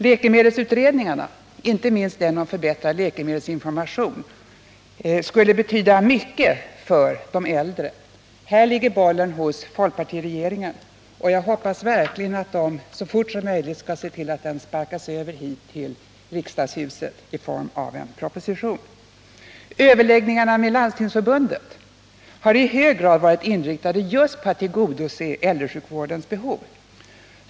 Läkemedelsutredningarna, inte minst den om förbättrad läkemedelsinformation, skulle betyda mycket för de äldre. Här ligger bollen hos folkpartiregeringen. Jag hoppas verkligen att regeringen så fort som möjligt ser till att den sparkas över hit till riksdagshuset i form av en proposition. Överläggningarna med Landstingsförbundet har i hög grad varit inriktade just på att tillgodose äldresjukvårdens behov.